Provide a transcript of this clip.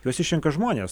juos išrenka žmonės